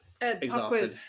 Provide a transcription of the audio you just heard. exhausted